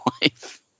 life